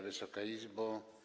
Wysoka Izbo!